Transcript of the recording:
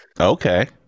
okay